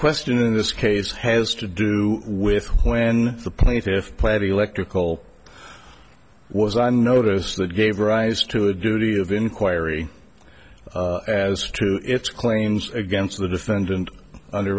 question in this case has to do with when the plaintiffs played electrical was on notice that gave rise to a duty of inquiry as to its claims against the defendant under